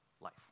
life